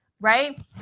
right